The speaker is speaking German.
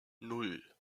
nan